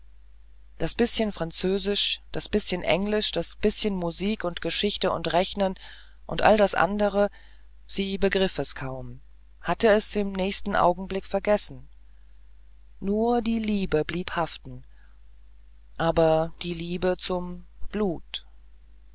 das bißchen französisch das bißchen englisch das bißchen musik und geschichte und rechnen und all das andere sie begriff es kaum hatte es im nächsten augenblick vergessen nur die liebe blieb haften aber die liebe zum blut